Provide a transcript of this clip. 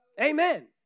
Amen